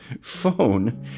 phone